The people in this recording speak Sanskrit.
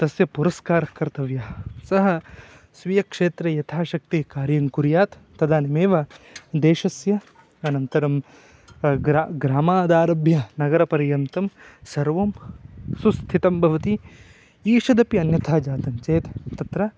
तस्य पुरस्कारः कर्तव्यः सः स्वीयक्षेत्रे यथाशक्तिः कार्यं कुर्यात् तदानीमेव देशस्य अनन्तरं ग्रा ग्रामादारभ्य नगरपर्यन्तं सर्वं सुस्थितं भवति ईषदपि अन्यथा जातं चेत् तत्र